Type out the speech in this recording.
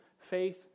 faith